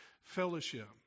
fellowship